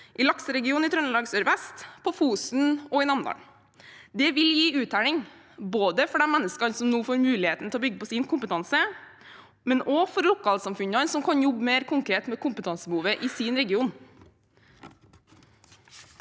i lakseregionen i Trøndelag Sørvest, på Fosen og i Namdalen. Det vil gi uttelling både for de menneskene som nå får muligheten til å bygge på sin kompetanse, og for lokalsamfunnene som kan jobbe mer konkret med kompetansebehovet i sin region.